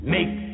Make